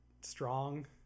strong